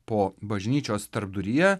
po bažnyčios tarpduryje